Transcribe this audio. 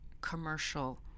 commercial